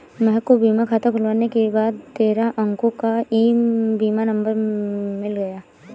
महक को बीमा खाता खुलने के बाद तेरह अंको का ई बीमा नंबर मिल गया